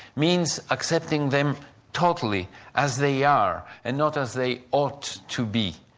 means accepting them totally as they are, and not as they ought to be,